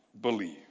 believe